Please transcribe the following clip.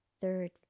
third